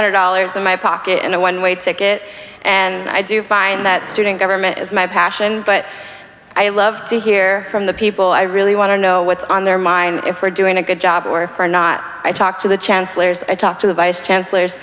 hundred dollars in my pocket and a one way ticket and i do find that student government is my passion but i love to hear from the people i really want to know what's on their mind if we're doing a good job or or not i talk to the chancellors i talk to the vice chancellors